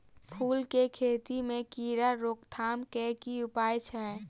फूल केँ खेती मे कीड़ा रोकथाम केँ की उपाय छै?